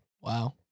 Wow